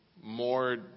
more